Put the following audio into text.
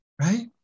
Right